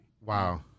Wow